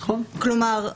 כלומר,